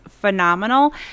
phenomenal